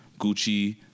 Gucci